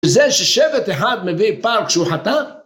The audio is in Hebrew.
וזה ששבט אחד מביא פארק שהוא חטא?